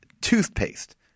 Toothpaste